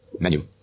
Menu